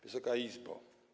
Wysoka Izbo!